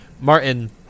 Martin